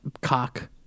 cock